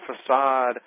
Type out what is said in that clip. facade